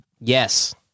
Yes